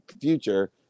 future